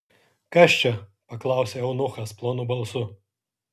kas čia paklausė eunuchas plonu balsu